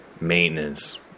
maintenance